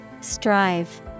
Strive